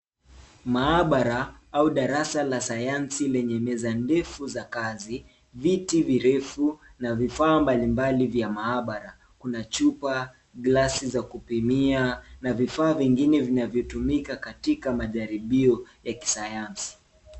Maabara au darasa la sayansi lenye meza ndefu za kazi, viti virefu na vifaa mbalimbali vya maabara kuna chupa, glasi za kupimia na vifaa vingine vinavyo tumika katika majaribio ya kisayansi.